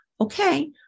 Okay